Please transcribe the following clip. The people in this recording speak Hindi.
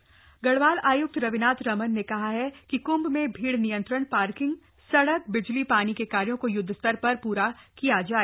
कंभ समीक्षा गढ़वाल आयुक्त रविनाथ रमन ने कहा है कि क्भ में भीड़ नियंत्रण पार्किंग सड़क बिजली पानी के कार्यों को युद्ध स्तर पर पूरा किया जाए